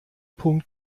punkt